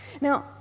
Now